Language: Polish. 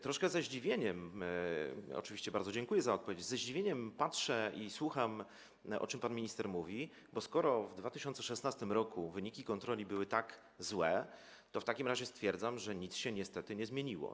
Troszkę ze zdziwieniem - oczywiście bardzo dziękuję za odpowiedź - patrzę i słucham, o czym pan minister mówi, bo skoro w 2016 r. wyniki kontroli były tak złe, to w takim razie stwierdzam, że nic się niestety nie zmieniło.